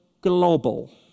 global